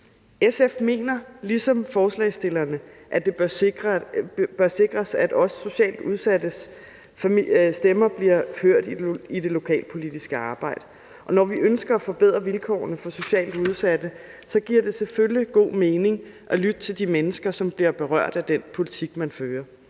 SF mener ligesom forslagsstillerne, at det bør sikres, at også socialt udsattes stemmer bliver hørt i det lokalpolitiske arbejde. Og når vi ønsker at forbedre vilkårene for socialt udsatte, giver det selvfølgelig god mening at lytte til de mennesker, som bliver berørt af den politik, man fører.